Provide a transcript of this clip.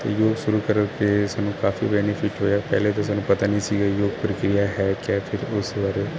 ਤੇ ਯੋਗ ਸ਼ੁਰੂ ਕਰਕੇ ਸਾਨੂੰ ਕਾਫੀ ਬੈਨੀਫਿਟ ਹੋਇਆ ਪਹਿਲੇ ਤੇ ਸਾਨੂੰ ਪਤਾ ਨਹੀਂ ਸੀ ਪ੍ਰਕਿਰਿਆ ਹੈ ਕਿਆ ਫਿਰ ਉਸ ਬਾਰੇ